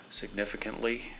significantly